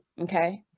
okay